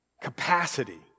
capacity